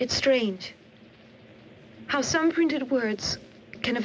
it's strange how some printed words can